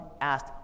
asked